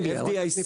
ה-FDIC